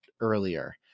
earlier